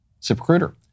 ZipRecruiter